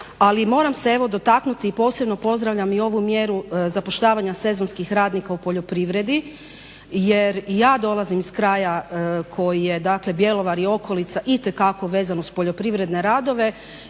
moram se evo dotaknuti i posebno pozdravljam i ovu mjeru zapošljavanja sezonskih radnika u poljoprivredi, jer ja dolazim iz kraja koji je dakle, Bjelovar i okolica itekako vezan uz poljoprivredne radove